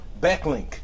backlink